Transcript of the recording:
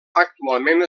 actualment